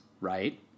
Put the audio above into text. right